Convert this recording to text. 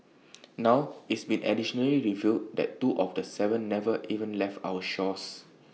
now it's been additionally revealed that two of the Seven never even left our shores